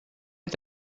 est